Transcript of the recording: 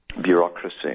bureaucracy